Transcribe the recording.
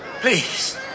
Please